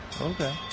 Okay